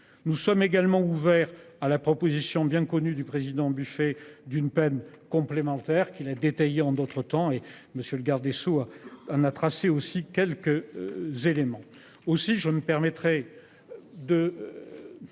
Nous sommes également ouvert à la proposition bien connu du président buffet d'une peine complémentaire qui l'a détaillé en d'autres temps et monsieur le garde des Sceaux a un a tracé aussi quelques. Éléments